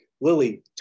Lily